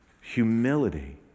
humility